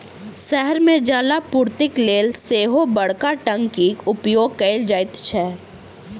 शहर मे जलापूर्तिक लेल सेहो बड़का टंकीक उपयोग कयल जाइत छै